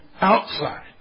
outside